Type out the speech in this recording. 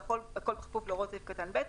והכול כפוף להוראות סעיף קטן (ב),